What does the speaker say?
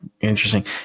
Interesting